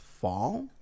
fall